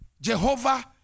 Jehovah